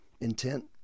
intent